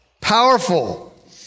Powerful